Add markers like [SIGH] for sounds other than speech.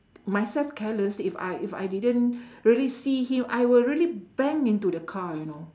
myself careless if I if I didn't [BREATH] really see him I will really bang into the car you know